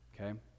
Okay